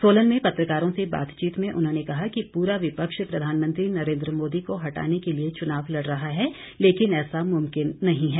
सोलन में पत्रकारों से बातचीत में उन्होंने कहा कि पूरा विपक्ष प्रधानमंत्री नरेंद्र मोदी को हटाने के लिए चुनाव लड़ रहा है लेकिन ऐसा मुमकिन नहीं है